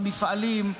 המפעלים,